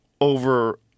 Over